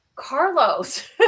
Carlos